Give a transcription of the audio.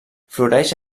floreix